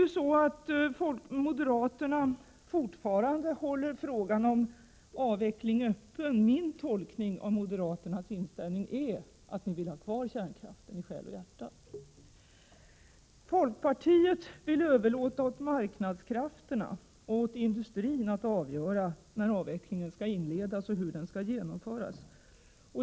Moderaterna håller fortfarande frågan om avveckling öppen. Min tolkning om moderaternas inställning är att ni i själ och hjärta vill ha kvar kärnkraften. Folkpartiet vill överlåta åt marknadskrafterna och industrin att avgöra när avvecklingen skall inledas och hur den skall genomföras.